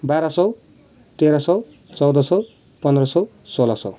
बाह्र सौ तेह्र सौ चौध सौ पन्ध्र सौ सोह्र सौ